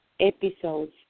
episodes